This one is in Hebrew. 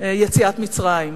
סביב יציאת מצרים.